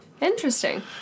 Interesting